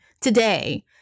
today